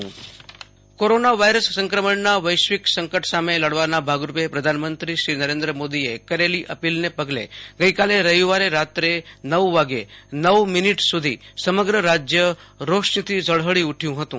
આશુતોષ અંતાણી પ્રધાનમંત્રી અપીલ રાજ્ય કોરોના વાયરસ સંક્રમણના વૈશ્વિક સંકટ સામે લડવાના ભાગરૂપે પ્રધાનમંત્રી શ્રી નરેન્દ્ર મોદીએ કરેલી અપીલને પગલે ગઈકાલે રવિવારે રાત્રે નવ વાગ્યે ને નવ મિનીટ સુધી સમગ્ર રાજ્ય રોશનીથી ઝળહળી ઉઠ્યું હતું